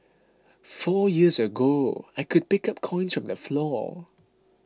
four years ago I could pick up coins from the floor